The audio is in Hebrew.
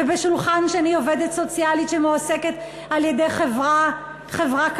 וליד השולחן השני עובדת סוציאלית שמועסקת על-ידי חברה קבלנית?